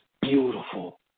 beautiful